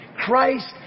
Christ